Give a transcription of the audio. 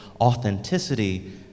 authenticity